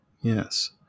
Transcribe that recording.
yes